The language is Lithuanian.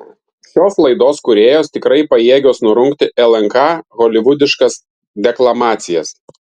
šios laidos kūrėjos tikrai pajėgios nurungti lnk holivudiškas deklamacijas